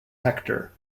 hector